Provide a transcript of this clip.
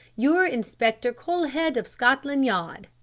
you're inspector colhead, of scotland yard,